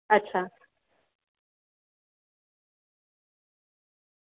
અચ્છા